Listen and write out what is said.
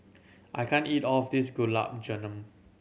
I can't eat all of this Gulab Jamun